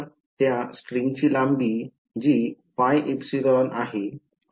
त्या स्ट्रिंगची लांबी जी πεआहे योग्य आहे